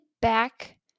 back